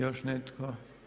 Još netko?